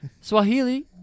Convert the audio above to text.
Swahili